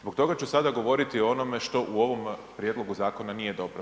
Zbog toga ću sada govoriti o onome što u ovom prijedlogu zakona nije dobro.